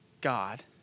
God